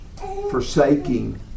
forsaking